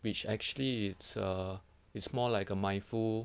which actually it's err it's more like a mindful